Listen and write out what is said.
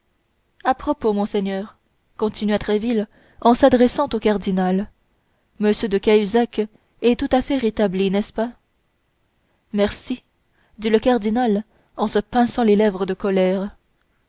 à propos monseigneur continua tréville en s'adressant au cardinal m de cahusac est tout à fait rétabli n'est-ce pas merci dit le cardinal en se pinçant les lèvres de colère